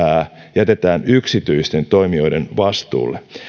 jätetään yksityisten toimijoiden vastuulle